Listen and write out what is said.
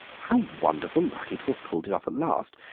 how wonderfully lucky to have pulled it off at last!